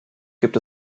gibt